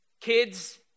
Kids